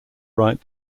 write